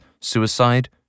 suicide